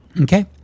Okay